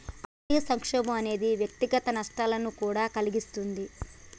ఆర్థిక సంక్షోభం అనేది వ్యక్తిగత నష్టాలను కూడా కలిగిస్తుంది